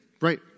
Right